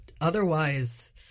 otherwise